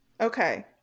Okay